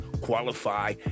qualify